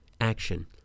Action